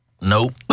Nope